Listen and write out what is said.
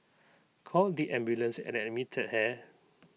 called the ambulance and admitted her